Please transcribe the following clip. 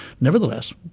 nevertheless